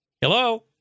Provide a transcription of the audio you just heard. Hello